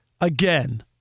again